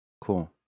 Cool